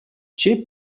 che